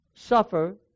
suffer